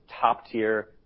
top-tier